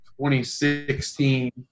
2016